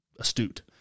astute